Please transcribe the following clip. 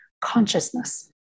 consciousness